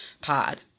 pod